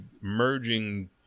merging